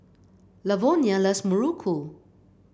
Lavonia loves Muruku